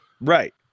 Right